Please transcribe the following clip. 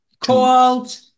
called